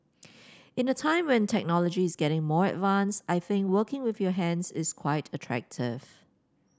in a time where technology is getting more advanced I think working with your hands is quite attractive